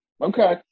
Okay